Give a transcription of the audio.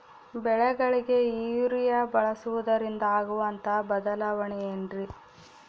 ಬೆಳೆಗಳಿಗೆ ಯೂರಿಯಾ ಬಳಸುವುದರಿಂದ ಆಗುವಂತಹ ಬದಲಾವಣೆ ಏನ್ರಿ?